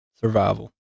survival